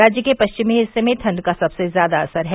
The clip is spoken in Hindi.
राज्य के परिचनी हिस्से में ठंड का सबसे ज्यादा असर है